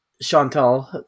Chantal